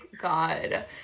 god